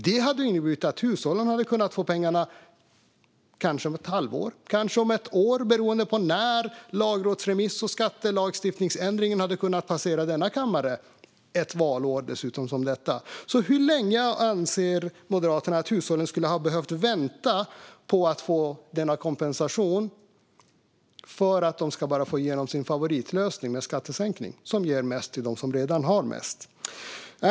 Det hade inneburit att hushållen hade kunnat få pengarna om kanske ett halvår eller ett år, beroende på när lagrådsremissen och skattelagstiftningsändringen hade kunnat passera denna kammare, dessutom under ett valår som detta. Hur länge, anser Moderaterna, skulle hushållen ha behövt vänta på att få denna kompensation för att Moderaterna skulle få igenom sin favoritlösning med en skattesänkning som ger mest till dem som redan har mest?